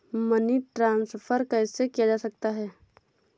Money transfer कैसे किया जा सकता है?